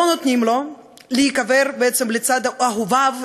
לא נותנים לו להיקבר בעצם לצד אהוביו,